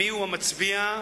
מיהו המצביע,